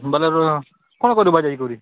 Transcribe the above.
ବେଲେ ରୁହ କ'ଣ କରିବା ଯାଇକରି